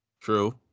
True